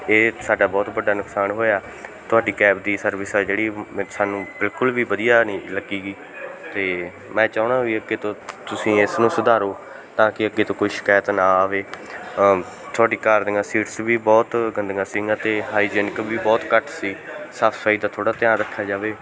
ਇਹ ਸਾਡਾ ਬਹੁਤ ਵੱਡਾ ਨੁਕਸਾਨ ਹੋਇਆ ਤੁਹਾਡੀ ਕੈਬ ਦੀ ਸਰਵਿਸ ਆ ਜਿਹੜੀ ਸਾਨੂੰ ਬਿਲਕੁਲ ਵੀ ਵਧੀਆ ਨਹੀਂ ਲੱਗੀ ਗੀ ਅਤੇ ਮੈਂ ਚਾਹੁੰਦਾ ਵੀ ਅੱਗੇ ਤੋਂ ਤੁਸੀਂ ਇਸ ਨੂੰ ਸੁਧਾਰੋ ਤਾਂ ਕਿ ਅੱਗੇ ਤੋਂ ਕੋਈ ਸ਼ਿਕਾਇਤ ਨਾ ਆਵੇ ਤੁਹਾਡੀ ਕਾਰ ਦੀਆਂ ਸੀਟਸ ਵੀ ਬਹੁਤ ਗੰਦੀਆਂ ਸੀਗੀਆਂ ਅਤੇ ਹਾਈਜੈਨਿਕ ਵੀ ਬਹੁਤ ਘੱਟ ਸੀ ਸਾਫ਼ ਸਫ਼ਾਈ ਦਾ ਥੋੜ੍ਹਾ ਧਿਆਨ ਰੱਖਿਆ ਜਾਵੇ